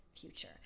future